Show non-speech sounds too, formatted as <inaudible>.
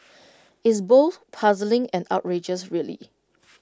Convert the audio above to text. <noise> it's both puzzling and outrageous really